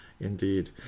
indeed